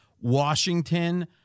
Washington